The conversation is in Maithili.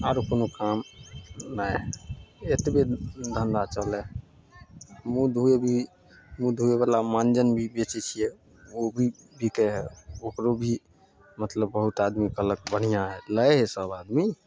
आर कोनो काम नहि हइ एतबे धन्धा चलय हइ मुँह धो भी मुँह धोयवला मञ्जन भी बेचय छियै ओ भी बिकय हइ ओकरो भी मतलब बहुत आदमी कहलक बढ़िआँ हइ लै हइ सब आदमी